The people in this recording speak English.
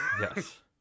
Yes